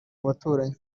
baturanyi